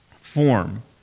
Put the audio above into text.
form